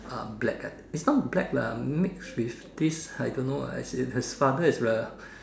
uh black ca~ it's not black lah mixed with this I don't know ah as in his father is the